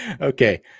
Okay